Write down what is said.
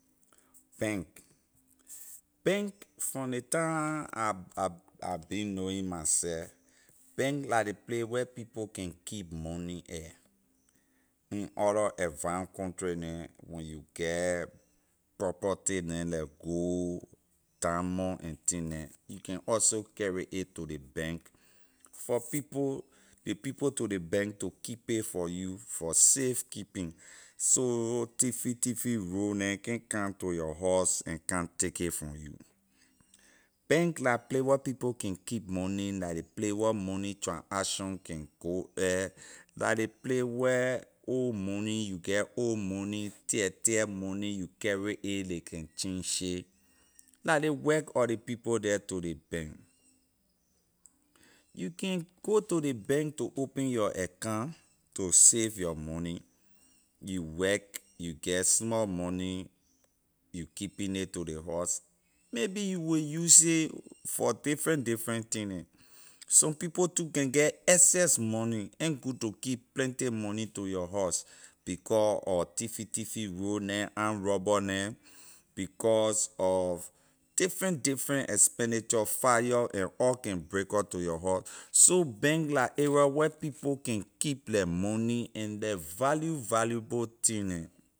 Bank bank from ley time i- i- i been knowing myself bank la ley place where people can keep money air in other advance country neh when you get property neh like gold diamond and thing neh you can also carry it to ley bank for people ley people to ley bank to keep it for you for safe keeping so tiffy tiffy rouge neh can’t come to your house and come take it from you bank la place where people can keep money la ley place where money transaction can go air la ley place where old money you get old money tear tear money you carry a ley can change it la ley work or ley people there to ley bank you can go to the bank to open your account to save your money you work you get small money you keeping it to the house maybe you will use it for different different thing neh some people too can get excess money ain’t good to keep plenty money to your house becor of tiffy tiffy rouge neh arm robber neh because of different different expenditure fire and all can break up to your house so bank la area where people can keep their money and their value valuable thing neh